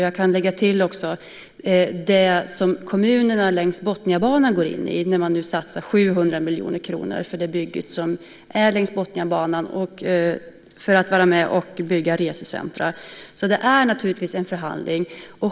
Jag kan lägga till det som kommunerna längs Botniabanan går in i när man nu satsar 700 miljoner kronor för det bygget och för att bygga resecentrum. Det är naturligtvis en förhandling.